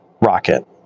rocket